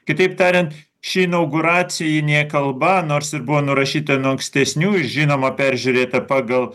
kitaip tariant ši inauguracinė kalba nors ir buvo nurašyta nuo ankstesnių ir žinoma peržiūrėta pagal